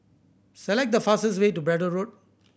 select the fastest way to Braddell Road